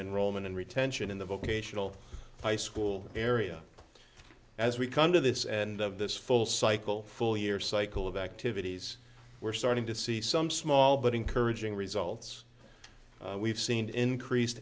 enrollment and retention in the vocational high school area as we come to this and of this full cycle full year cycle of activities we're starting to see some small but encouraging results we've seen increased